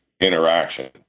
interaction